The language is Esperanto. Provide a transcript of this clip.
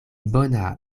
bona